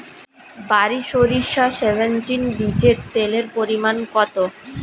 বারি সরিষা সেভেনটিন বীজে তেলের পরিমাণ কত?